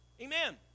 Amen